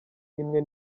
imwe